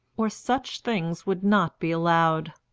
or such things would not be allowed.